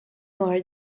are